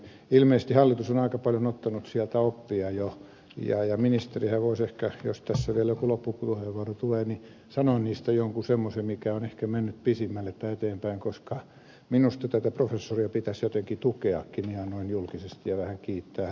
ilmeisesti hallitus on aika paljon ottanut sieltä oppia jo ja ministerihän voisi ehkä jos tässä vielä joku loppupuheenvuoro tulee sanoa niistä jonkun semmoisen asian mikä on ehkä mennyt pisimmälle tai eteenpäin koska minusta tätä professoria pitäisi jotenkin tukeakin ihan noin julkisesti ja vähän kiittää